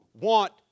want